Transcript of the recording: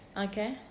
okay